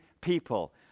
people